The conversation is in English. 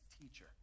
teacher